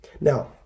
Now